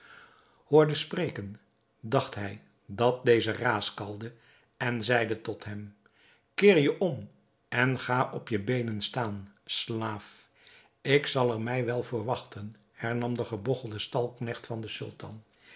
hoorde spreken dacht hij dat deze raaskalde en zeide tot hem keer je om en ga op je beenen staan slaaf ik zal er mij wel voor wachten hernam de gebogchelde stalknecht van den sultan